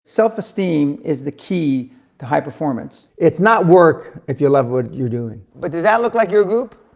self-esteem is the key to high performance. it's not work if you love what you're doing. but does that look like your group?